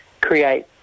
create